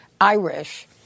Irish